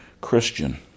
Christian